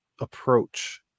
approach